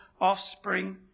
offspring